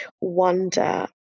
wonder